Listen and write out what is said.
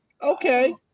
Okay